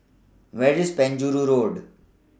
Where IS Penjuru Road